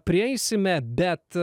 prieisime bet